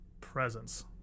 presence